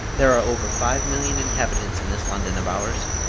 there are over five million inhabitants in this london of ours.